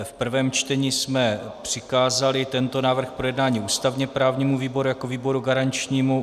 V prvém čtení jsme přikázali tento návrh k projednání ústavněprávnímu výboru jako výboru garančnímu.